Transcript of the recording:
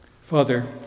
Father